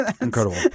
Incredible